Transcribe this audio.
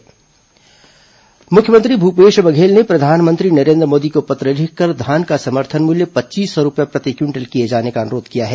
मुख्यमंत्री पत्र मुख्यमंत्री भूपेश बघेल ने प्रधानमंत्री नरेन्द्र मोदी को पत्र लिखकर धान का समर्थन मूल्य पच्चीस सौ रूपए प्रति क्विंटल किए जाने का अनुरोध किया है